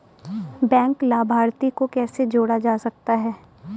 Bank लाभार्थी को कैसे जोड़ा जा सकता है?